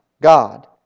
God